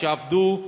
שעבדו,